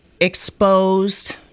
exposed